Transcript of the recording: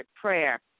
prayer